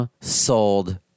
sold